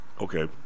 Okay